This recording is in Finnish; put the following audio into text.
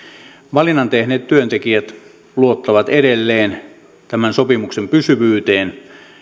valinnan tehneet työntekijät luottavat edelleen tämän sopimuksen pysyvyyteen